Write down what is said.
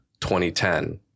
2010